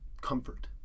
comfort